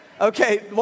Okay